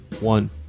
One